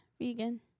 vegan